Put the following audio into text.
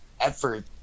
effort